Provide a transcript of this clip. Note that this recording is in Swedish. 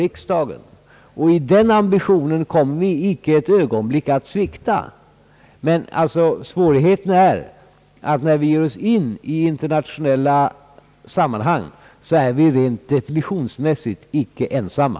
I den ambitionen kommer vi icke ett ögonblick att svikta. Men svårigheten är att vi när vi ger Oss in i internationella sammanhang rent definitionsmässigt icke är ensamma.